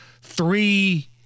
three